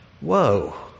Whoa